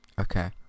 Okay